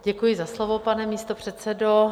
Děkuji za slovo, pane místopředsedo.